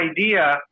idea